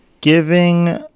giving